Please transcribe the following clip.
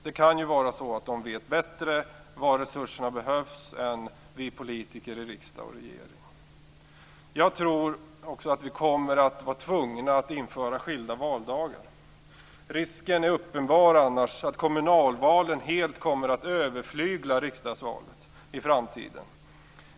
Det kan ju vara så att de vet bättre var resurserna behövs än vi politiker i riksdag och regering. Jag tror att vi kommer att bli tvungna att införa skilda valdagar. Risken är annars uppenbar att kommunalvalen helt kommer att överflygla riksdagsvalen i framtiden.